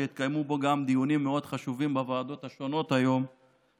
שהתקיימו בו גם דיונים חשובים מאוד בוועדות השונות בכנסת,